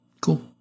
cool